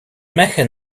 mecca